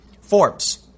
Forbes